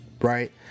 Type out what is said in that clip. Right